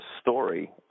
story